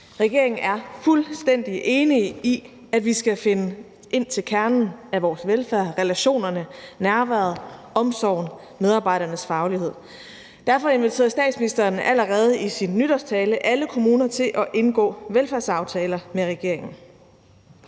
Regeringen er fuldstændig enig i, at vi skal finde ind til kernen af vores velfærd: relationerne, nærværet, omsorgen, medarbejdernes faglighed. Derfor inviterede statsministeren allerede i sin nytårstale alle kommuner til at indgå velfærdsaftaler med regeringen.